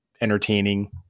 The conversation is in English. entertaining